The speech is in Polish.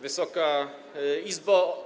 Wysoka Izbo!